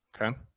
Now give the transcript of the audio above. okay